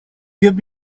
give